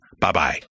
Bye-bye